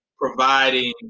providing